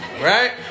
Right